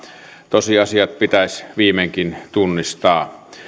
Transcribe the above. tosiasiat pitäisi viimeinkin tunnistaa